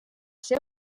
seu